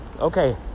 Okay